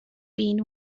been